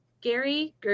Gary